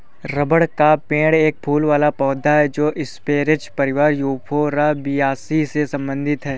rubber का पेड़ एक फूल वाला पौधा है जो स्परेज परिवार यूफोरबियासी से संबंधित है